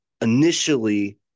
initially